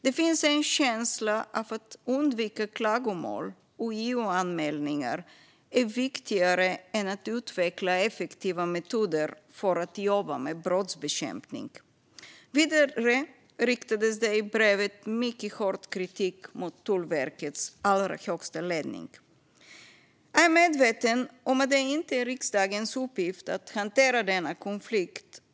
Det finns en känsla av att undvika klagomål, och JOanmälningar är viktigare än att utveckla effektiva metoder för att jobba med brottsbekämpning. Vidare riktas det i brevet mycket hård kritik mot Tullverkets allra högsta ledning. Jag är medveten om att det inte är riksdagens uppgift att hantera denna konflikt.